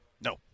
No